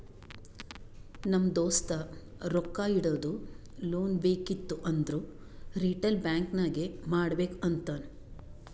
ನಮ್ ದೋಸ್ತ ರೊಕ್ಕಾ ಇಡದು, ಲೋನ್ ಬೇಕಿತ್ತು ಅಂದುರ್ ರಿಟೇಲ್ ಬ್ಯಾಂಕ್ ನಾಗೆ ಮಾಡ್ಬೇಕ್ ಅಂತಾನ್